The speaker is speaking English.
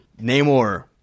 Namor